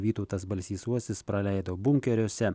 vytautas balsys uosis praleido bunkeriuose